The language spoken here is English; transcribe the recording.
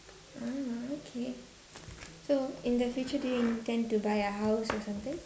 uh okay so in the future do you intend to buy a house or something